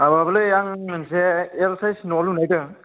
माबालै आं गंसे एल साइज न' लुनो नागिरदों